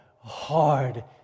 hard